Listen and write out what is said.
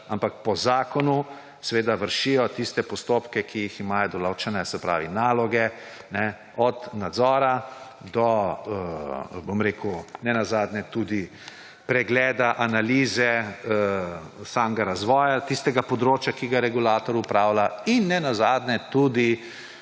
ampak po zakonu seveda vršijo tiste postopke, ki jih imajo določene. Se pravi, naloge: od nadzora do nenazadnje tudi pregleda, analize samega razvoja tistega področja, ki ga regulator opravlja, in nenazadnje tudi